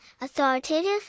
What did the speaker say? authoritative